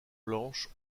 blanches